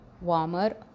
warmer